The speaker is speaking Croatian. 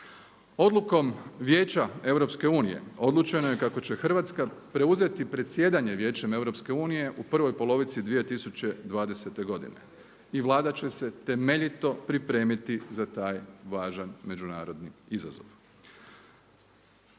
Odlukom Vijeća EU odlučeno je kako će Hrvatska preuzeti predsjedanjem Vijećem EU u prvoj polovici 2020. godine i Vlada će se temeljito pripremiti za taj važan međunarodni izazov.